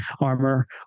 armor